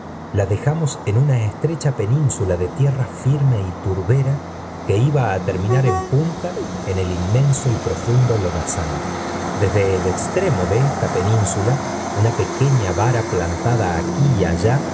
ha dejarnos en una estrecha península do tierra firmo y tobera que iba á terminar en punta en el inmenso y prolun o desde el extremo do esta península una pequeña vara plantada aquí y allá